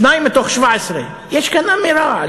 שניים מתוך 17. יש כאן אמירה.